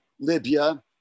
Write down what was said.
Libya